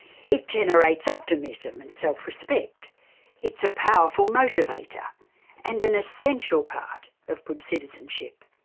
it generates optimism and self-respect it's a powerful motivator and an essential part of good citizenship.